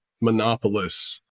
monopolists